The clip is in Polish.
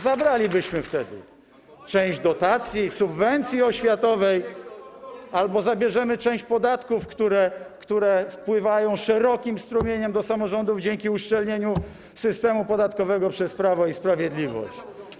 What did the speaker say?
Zabierzemy wtedy część dotacji, subwencji oświatowej albo część podatków, które wpływają szerokim strumieniem do samorządów dzięki uszczelnieniu systemu podatkowego przez Prawo i Sprawiedliwość.